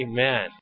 Amen